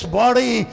body